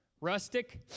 rustic